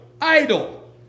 idle